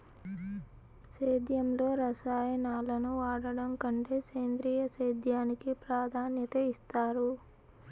సేద్యంలో రసాయనాలను వాడడం కంటే సేంద్రియ సేద్యానికి ప్రాధాన్యత ఇస్తారు